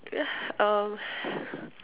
um